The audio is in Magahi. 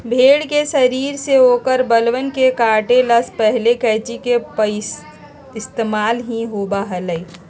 भेड़ के शरीर से औकर बलवन के काटे ला पहले कैंची के पइस्तेमाल ही होबा हलय